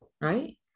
right